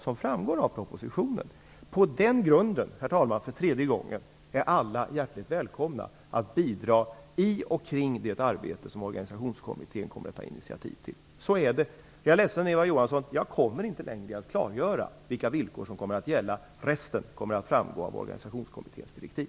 Jag säger det för tredje gången, herr talman: På den grunden är alla hjärtligt välkomna att bidra i och kring det arbete som Organisationskommittén kommer att ta initiativ till. Så är det. Jag är ledsen, Eva Johansson, men jag kommer inte längre i att klargöra vilka villkor som kommer att gälla. Resten kommer att framgå av